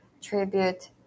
tribute